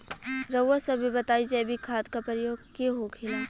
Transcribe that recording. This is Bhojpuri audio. रउआ सभे बताई जैविक खाद क प्रकार के होखेला?